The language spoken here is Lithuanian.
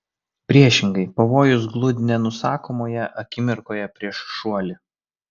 priešingai pavojus gludi nenusakomoje akimirkoje prieš šuoli